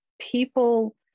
people